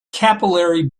capillary